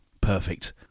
Perfect